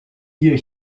year